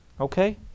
Okay